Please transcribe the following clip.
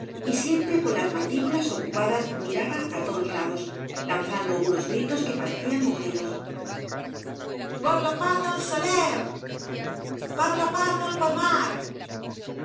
y siempre con las mandíbulas ocupadas miraba á todos lados lanzando unos gritos que parecían mugidos per la parí del saler per la part del palmar